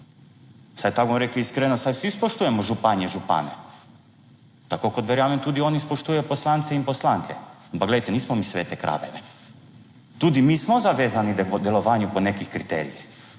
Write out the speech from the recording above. vsaj tako bom rekel, iskreno. Saj vsi spoštujemo županje, župane, tako kot verjamem, tudi oni spoštujejo poslanci in poslanke, ampak glejte, nismo mi svete krave. Tudi mi smo zavezani k delovanju po nekih kriterijih.